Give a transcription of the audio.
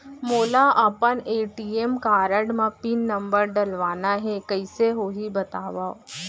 मोला अपन ATM card म पिन नंबर डलवाना हे कइसे होही बतावव?